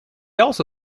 also